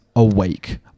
Awake